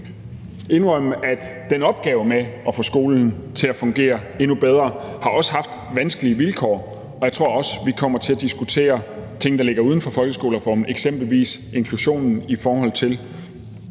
indrømme, at den opgave med at få skolen til at fungere endnu bedre også har haft vanskelige vilkår. Jeg tror også, vi kommer til at diskutere ting, der ligger uden for folkeskolereformen, eksempelvis inklusionen, i forhold til